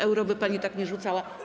Euro by pani tak nie rzucała.